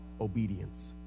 obedience